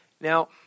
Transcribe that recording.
Now